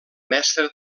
mestra